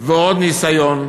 ועוד ניסיון,